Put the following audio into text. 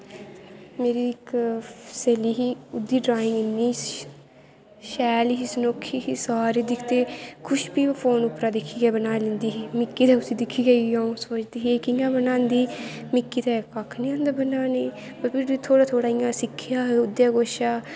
मेरी इक स्हेली ही ओह्दी ड्राइंग इन्नी शैल ही सनक्खी ही सारे दिक्खदे हे कुछ बी फोन पर दा दिक्खियै बनाई लैंदी ही मिगी ते उस्सी दिक्खियै फिर अ'ऊं सोचदी ही कि'यां बनांदी मिगी ते कक्ख निं औंदा बनाने गी फिर में थोह्ड़ा थोह्ड़ा इं'यां सिक्खेआ ओह्दै कशा दा